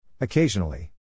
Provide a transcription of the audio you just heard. Occasionally